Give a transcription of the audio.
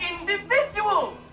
individuals